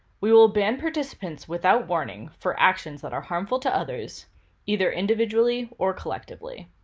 we will ban participants without warning for actions that are harmful to others either individually or collectively.